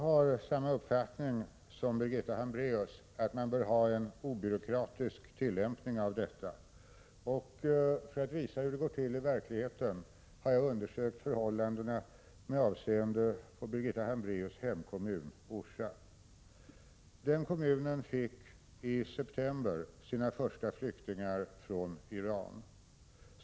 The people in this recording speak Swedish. Fru talman! Jag delar Birgitta Hambraeus uppfattning att reglerna bör tillämpas obyråkratiskt. För att visa hur det går till i verkligheten har jag undersökt förhållandena med avseende på Birgitta Hambraeus hemkommun, Orsa. Den kommunen fick i september sina första flyktingar från Iran.